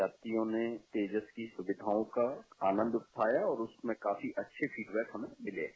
यात्रियों ने तेजस की सुविधाओं का आनन्द उठाया और उसमें काफी अच्छी फीडबैक हमें मिले हैं